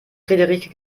frederike